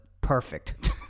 perfect